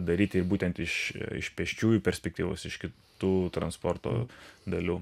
daryti būtent iš iš pėsčiųjų perspektyvos iš kitų transporto dalių